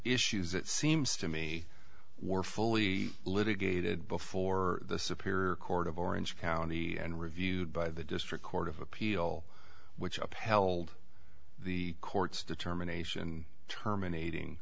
issues it seems to me were fully litigated before the superior court of orange county and reviewed by the district court of appeal which upheld the court's determination terminating